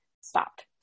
stopped